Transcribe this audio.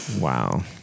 Wow